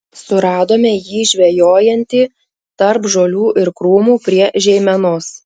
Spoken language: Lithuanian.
suradome jį žvejojantį tarp žolių ir krūmų prie žeimenos